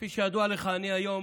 כפי שידוע לך, אני היום